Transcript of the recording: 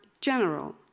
general